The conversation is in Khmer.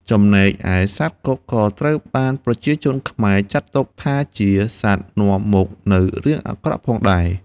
ចំណែកឯសត្វកុកក៏ត្រូវបានប្រជាជនខ្មែរ ចាត់ទុកថាជាសត្វនាំមកនៅរឿងអាក្រក់ផងដែរ។